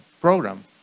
program